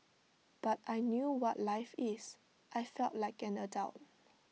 but I knew what life is I felt like an adult